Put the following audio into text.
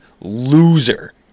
loser